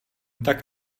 tak